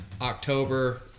October